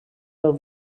del